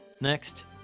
Next